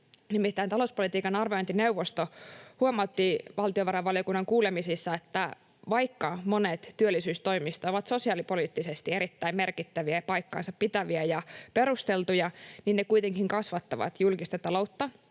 Nimittäin talouspolitiikan arviointineuvosto huomautti valtiovarainvaliokunnan kuulemisissa, että vaikka monet työllisyystoimista ovat sosiaalipoliittisesti erittäin merkittäviä ja paikkansa pitäviä ja perusteltuja, niin ne kuitenkin kasvattavat julkista ta-loutta